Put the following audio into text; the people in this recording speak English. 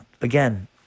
Again